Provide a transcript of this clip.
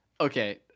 okay